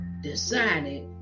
decided